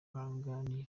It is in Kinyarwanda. baganira